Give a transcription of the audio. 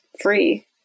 free